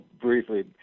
briefly